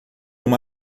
uma